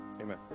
Amen